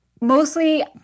Mostly